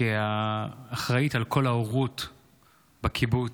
כאחראית לכל ההורות בקיבוץ.